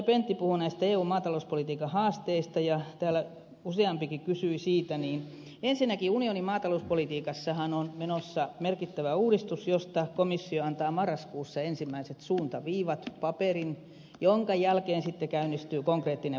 pentti puhui eu maatalouspolitiikan haasteista ja täällä useampikin kysyi siitä niin ensinnäkin unionin maatalouspolitiikassahan on menossa merkittävä uudistus josta komissio antaa marraskuussa ensimmäiset suuntaviivat paperin jonka jälkeen sitten käynnistyy konkreettinen valmistelu